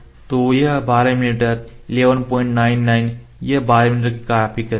तो यह 12 मिमी 1199 यह 12 मिमी के काफी करीब है